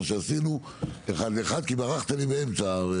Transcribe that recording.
אחד אחד כמו שעשינו.